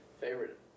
Favorite